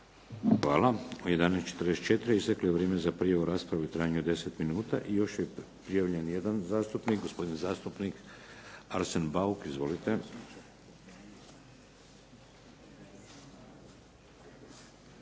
Hvala. U 11,44 isteklo je vrijeme za prijavu rasprave u trajanju od 10 minuta. Idući prijavljeni je jedan zastupnik, gospodin zastupnik Arsen Bauk. Izvolite.